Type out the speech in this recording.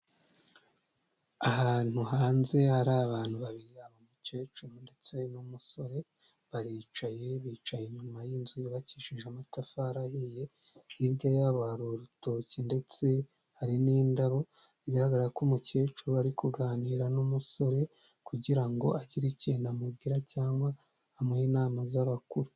Ahantu hanze hari abantu babiri umukecuru ndetse n'umusore baricaye, bicaye inyuma y'inzu yubakishije amatafari ahiye, hirya yabo har’urutoki ndetse hari n'indabo, bigaragara ko umukecuru ari kuganira n'umusore kugira ngo agire ikintu amubwira cyangwa amuhe inama z'abakuru.